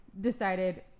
decided